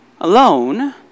alone